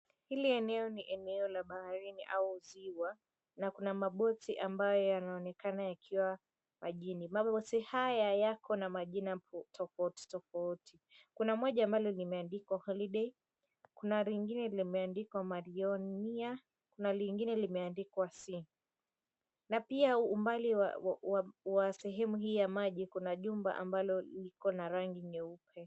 Hili eneo ni eneo la baharini au ziwa, na kuna maboti ambayo yanaonekana yakiwa majini. Maboti haya yako na majina tofauti tofauti, kuna moja ambalo limeandikwa, "Holiday", kuna lingine limeandikwa, "Marioniya" kuna lingine limeandikwa, "Sea". Na pia umbali wa sehemu hii ya maji, kuna jumba ambalo liko na rangi nyeupe.